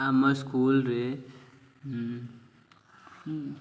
ଆମ ସ୍କୁଲରେ